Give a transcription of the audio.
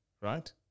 right